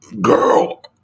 Girl